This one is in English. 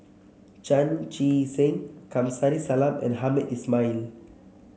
Chan Chee Seng Kamsari Salam and Hamed Ismail